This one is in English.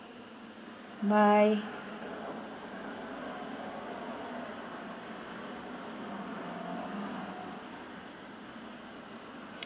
bye